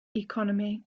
economy